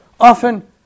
Often